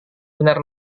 benar